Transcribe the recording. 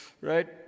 right